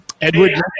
Edward